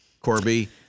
Corby